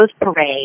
Parade